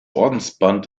ordensband